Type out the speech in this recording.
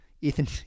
Ethan